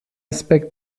aspekt